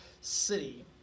city